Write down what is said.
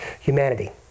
humanity